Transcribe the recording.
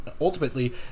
Ultimately